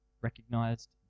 recognized